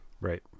Right